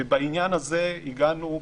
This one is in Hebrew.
בעניין הזה הגענו,